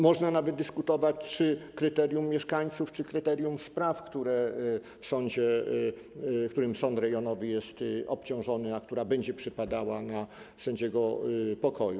Można nawet dyskutować, czy kryterium mieszkańców, czy kryterium spraw, które są w sądzie, którymi sąd rejonowy jest obciążony, które będą przypadały na sędziego pokoju.